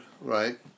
right